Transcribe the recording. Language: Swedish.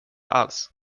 alls